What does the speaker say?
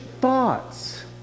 thoughts